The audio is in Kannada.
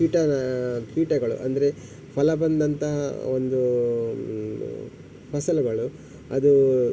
ಕೀಟ ಕೀಟಗಳು ಅಂದರೆ ಫಲ ಬಂದಂತಹ ಒಂದು ಫಸಲುಗಳು ಅದು